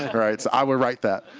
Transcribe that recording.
and right? so i would write that